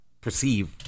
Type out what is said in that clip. perceive